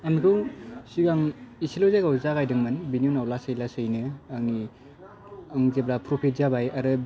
आं बेखौ सिगां इसेल जायगायाव जागायदोंमोन बेनि उनाव लासै लासैनो आंनि आं जेब्ला प्रफिट जाबाय आं आरो